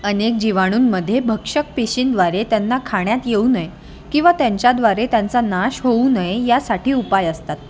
अनेक जिवाणूंमध्ये भक्षक पेशींद्वारे त्यांना खाण्यात येऊ नये किंवा त्यांच्याद्वारे त्यांचा नाश होऊ नये यासाठी उपाय असतात